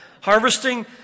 harvesting